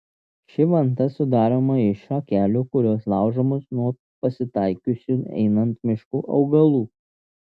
ši vanta sudaroma iš šakelių kurios laužomos nuo pasitaikiusių einant mišku augalų